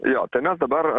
jo tai mes dabar